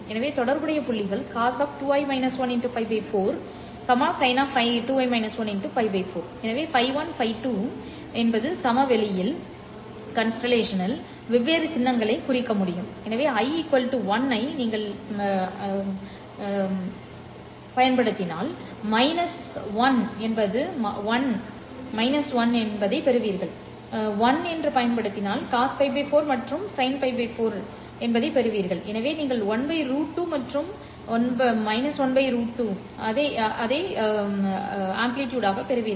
எனவே தொடர்புடைய புள்ளிகள் cos π 4 பாவம் π 4 எனவே φ1 φ2 சமவெளியில் வெவ்வேறு சின்னங்களை குறிக்க முடியும் எனவே i 1 ஐ நீங்கள் 2 பெறுவீர்கள் 1 என்பது 1 எனவே cos π 4 மற்றும் பாவம் π 4 எனவே நீங்கள் 1 √2 மற்றும் 1 get2 பெறுவீர்கள்